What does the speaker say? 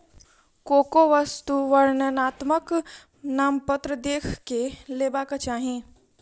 कोनो वस्तु वर्णनात्मक नामपत्र देख के लेबाक चाही